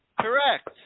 Correct